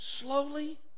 slowly